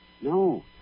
no